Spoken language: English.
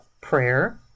prayer